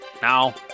Now